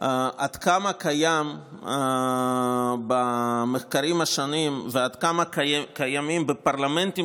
עד כמה קיים במחקרים השונים ועד כמה קיימות בפרלמנטים